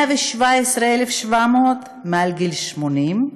117,700 אנשים מעל גיל 80,